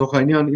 לצורך העניין,